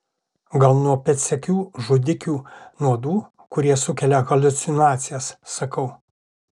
gal nuo pėdsekių žudikių nuodų kurie sukelia haliucinacijas sakau